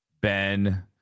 Ben